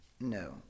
No